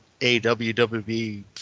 awwb